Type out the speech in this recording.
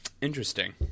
Interesting